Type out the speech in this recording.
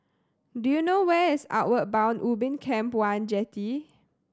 do you know where is Outward Bound Ubin Camp One Jetty